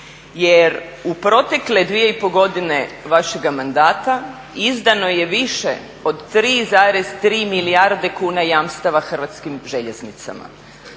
jer u protekle dvije i pol godine vašega mandata izdano je više od 3,3 milijarde kuna jamstava Hrvatskim željeznicama,